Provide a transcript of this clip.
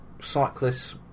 Cyclists